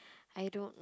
I don't